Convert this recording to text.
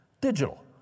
digital